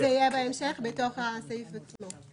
זה יהיה בהמשך, בתוך הסעיף עצמו.